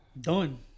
Done